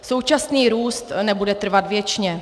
Současný růst nebude trvat věčně.